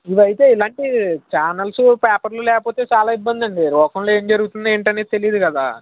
ఇవి అయితే ఇలాంటి చానల్స్ పేపర్లు లేకపోతే చాలా ఇబ్బందండి లోకంలో ఏం జరుగుతుందో ఏంటని తెలియదు కదా